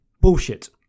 Bullshit